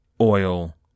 oil